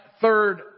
third